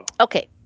Okay